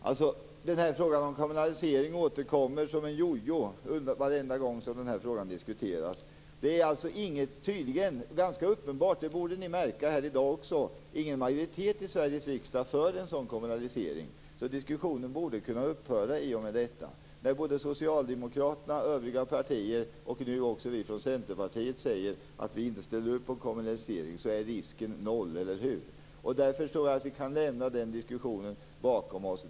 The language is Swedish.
Herr talman! Frågan om kommunalisering återkommer som en jojo varenda gång detta diskuteras. Det är ganska uppenbart att det inte finns någon majoritet i Sveriges riksdag för en kommunalisering - det borde ni märka här också. Diskussionen borde alltså kunna upphöra i och med detta. När såväl Socialdemokraterna som övriga partier och nu även Centerpartiet säger att de inte ställer upp på en kommunalisering är risken lika med noll, eller hur? Därför tror jag att vi kan lämna den diskussionen bakom oss.